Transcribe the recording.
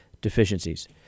deficiencies